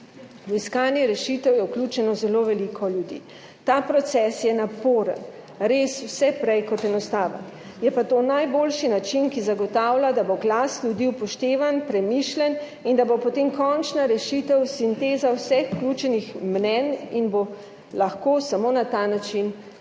V iskanje rešitev je vključeno zelo veliko ljudi. Ta proces je naporen in res vse prej kot enostaven, je pa to najboljši način, ki zagotavlja, da bo glas ljudi upoštevan, premišljen in da bo potem končna rešitev sinteza vseh vključenih mnenj in bo lahko samo na ta način najboljša.